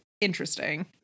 interesting